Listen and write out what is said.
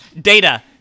Data